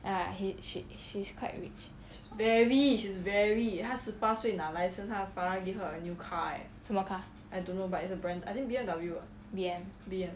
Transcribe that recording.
ya he she she's quite rich 什么 car B_M